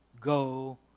go